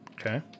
Okay